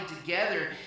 together